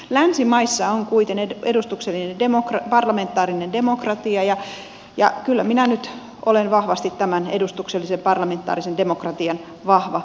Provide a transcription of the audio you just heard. länsimaissa on kuitenkin edustuksellinen parlamentaarinen demokratia ja kyllä minä nyt olen tämän edustuksellisen ja parlamentaarisen demokratian vahva tukija